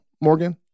Morgan